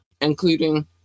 including